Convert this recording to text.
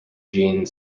gene